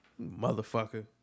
Motherfucker